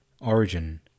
Origin